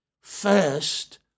First